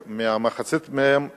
ומחצית מהם ילדים.